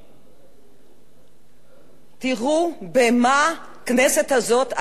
תראו במה הכנסת הזאת עסקה בשנים האחרונות: